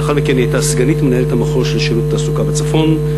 לאחר מכן היא הייתה סגנית מנהלת המחוז של שירות התעסוקה בצפון,